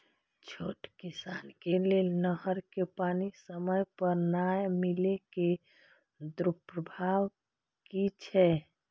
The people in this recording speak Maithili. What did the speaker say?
छोट किसान के लेल नहर के पानी समय पर नै मिले के दुष्प्रभाव कि छै?